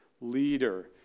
leader